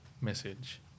message